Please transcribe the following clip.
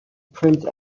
prince